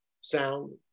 sound